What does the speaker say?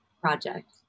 project